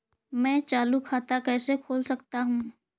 मैं चालू खाता कैसे खोल सकता हूँ?